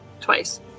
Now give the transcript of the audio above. twice